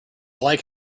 like